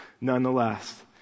nonetheless